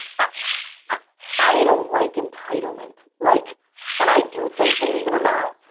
ah i don't like entitlement. like and i do think believe it or not,